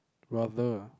rather